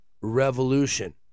revolution